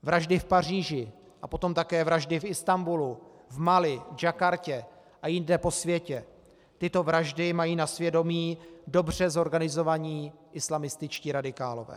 Vraždy v Paříži a potom také vraždy v Istanbulu, v Mali, v Jakartě a jinde po světě, tyto vraždy mají na svědomí dobře zorganizovaní islamističtí radikálové.